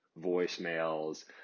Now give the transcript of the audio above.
voicemails